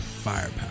Firepower